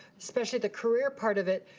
especially the career part of it,